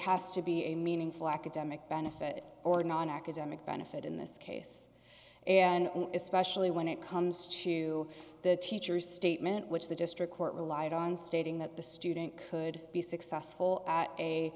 has to be a meaningful academic benefit or not an academic benefit in this case and especially when it comes to the teacher's statement which the district court relied on stating that the student could be successful at a